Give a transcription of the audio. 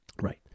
Right